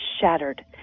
shattered